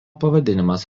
pavadinimas